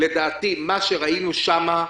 לדעתי, מה שראינו שם,